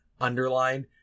underlined